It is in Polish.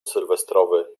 sylwestrowy